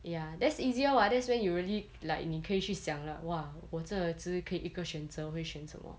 ya that's easier [what] that's when you really like 你可以去想 like !wah! 我真的只可以一个选择我会选什么